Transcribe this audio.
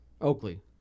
Oakley